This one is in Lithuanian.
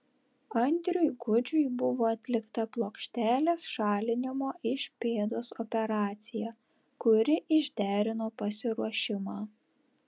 andriui gudžiui buvo atlikta plokštelės šalinimo iš pėdos operacija kuri išderino pasiruošimą